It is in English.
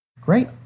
Great